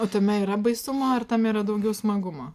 o tame yra baisumo ar tame yra daugiau smagumo